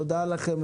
תודה לכם,